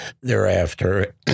thereafter